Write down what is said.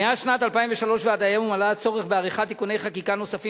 מאז שנת 2003 ועד היום עלה הצורך בעריכת תיקוני חקיקה נוספים